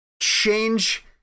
change